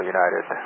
United